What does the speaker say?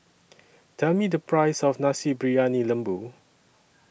Tell Me The Price of Nasi Briyani Lembu